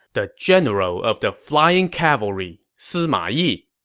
the general of the flying cavalry, sima yi.